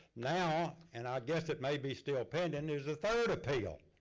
now, and i guess it may be still pending, there's a third appeal.